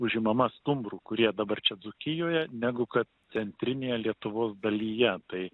užimama stumbrų kurie dabar čia dzūkijoje negu kad centrinėje lietuvos dalyje tai